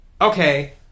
Okay